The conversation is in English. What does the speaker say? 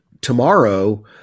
tomorrow